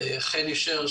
חני שר,